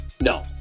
No